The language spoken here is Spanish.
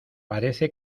parece